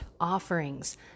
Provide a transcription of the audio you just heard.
offerings